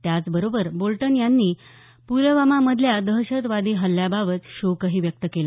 त्याचबरोबर बोल्टन यांनी प्लवामामधल्या दहशतवादी हल्ल्याबाबत शोकही व्यक्त केला